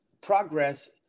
progress